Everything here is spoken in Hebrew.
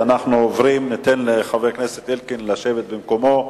ניתן לחבר הכנסת אלקין לשבת במקומו.